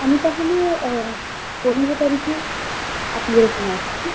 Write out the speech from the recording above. আমি তাহলে পনেরো তারিখে আপনাদের ওখানে আসছি